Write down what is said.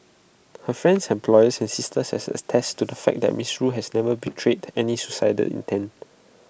her friends employer and sister has attested to the fact that miss rue has never betrayed any suicidal intent